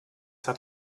hat